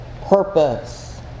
purpose